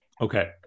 Okay